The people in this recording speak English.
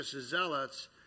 zealots